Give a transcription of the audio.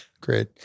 Great